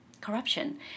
corruption